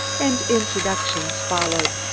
and introductions followed.